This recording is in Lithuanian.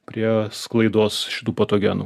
prie sklaidos šitų patogenų